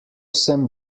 sem